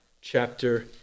chapter